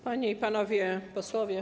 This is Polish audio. Panie i Panowie Posłowie!